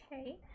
Okay